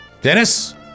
Dennis